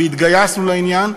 והתגייסנו לעניין,